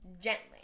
Gently